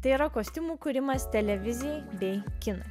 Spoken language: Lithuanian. tai yra kostiumų kūrimas televizijai bei kino